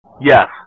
Yes